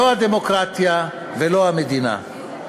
לא הדמוקרטיה ולא המדינה.